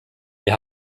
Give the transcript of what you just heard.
wir